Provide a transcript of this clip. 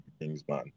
Kingsman